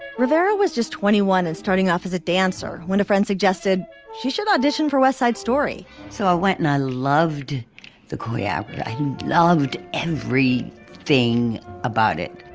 rivera was just twenty one and starting off as a dancer when a friend suggested she should audition for west side story story so i went and i loved the career. yeah i loved every thing about it.